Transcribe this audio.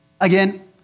Again